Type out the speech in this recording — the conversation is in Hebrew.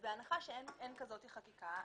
בהנחה שאין כזאת חקיקה,